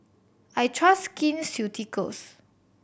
I trust Skin Ceuticals